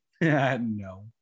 no